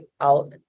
out